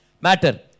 matter